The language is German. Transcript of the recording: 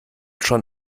schon